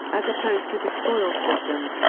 as opposed to the spoils system.